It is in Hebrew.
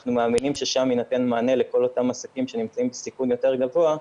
אנחנו מאמינים ששם יינתן מענה לכל אותם עסקים שנמצאים בסיכון יותר גבוה,